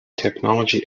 technology